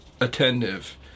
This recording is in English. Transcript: attentive